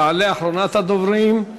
תעלה אחרונת הדוברים,